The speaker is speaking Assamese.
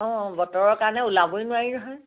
অ' বতৰৰ কাৰণে ওলাবই নোৱাৰি নহয়